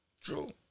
True